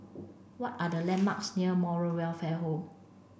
what are the landmarks near Moral Welfare Home